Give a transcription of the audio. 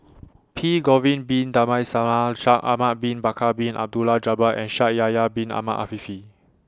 P Shaikh Ahmad Bin Bakar Bin Abdullah Jabbar and Shaikh Yahya Bin Ahmed Afifi